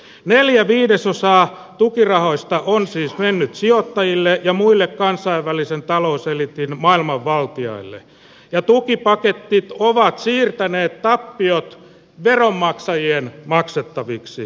neljä viidesosaa tukirahoista on siis mennyt sijoittajille ja muille kansainvälisen talouseliitin maailmanvaltiaille ja tukipaketit ovat siirtäneet tappiot veronmaksajien maksettaviksi